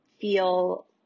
feel